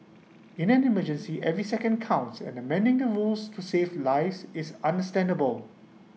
in an emergency every second counts and amending the rules to save lives is understandable